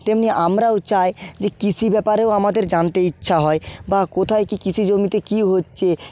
তেমনি আমরাও চাই যে কৃষি ব্যাপারেও আমাদের জানতে ইচ্ছা হয় বা কোথায় কী কৃষি জমিতে কী হচ্ছে